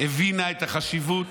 הבינה את החשיבות,